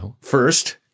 First